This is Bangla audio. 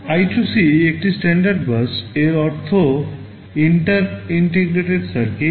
I2C একটি স্ট্যান্ডার্ড বাস এর অর্থ ইন্টার ইন্টিগ্রেটেড সার্কিট